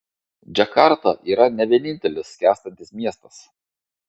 džakarta yra ne vienintelis skęstantis miestas